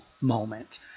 moment